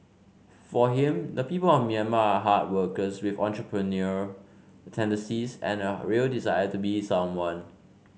for him the people of Myanmar are hard workers with entrepreneurial tendencies and a real desire to be someone